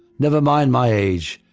never mind my age.